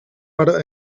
butter